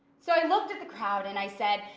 so i iooked at the crowd and i said,